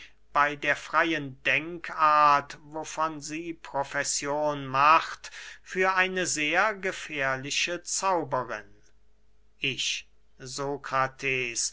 bey der freyen denkart wovon sie profession macht für eine sehr gefährliche zauberin ich